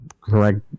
correct